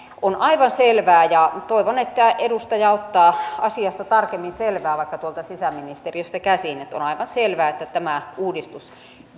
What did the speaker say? on aivan selvää ja toivon että edustaja ottaa asiasta tarkemmin selvää vaikka tuolta sisäministeriöstä käsin että että tämä uudistus